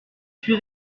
suis